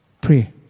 pray